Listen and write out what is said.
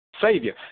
Savior